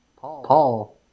Paul